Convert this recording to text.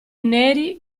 neri